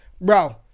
Bro